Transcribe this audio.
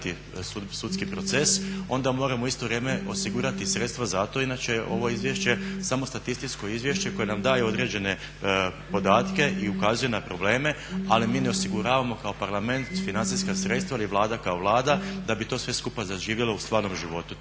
sudski proces onda moramo u isto vrijeme osigurati sredstva za to inače je ovo izvješće samo statističko izvješće koje nam daje određene podatke i ukazuje na probleme, ali mi ne osiguravamo kao Parlament financijska sredstva ili Vlada kao vlada da bi to sve skupa zaživjelo u stvarnom životu.